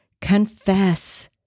confess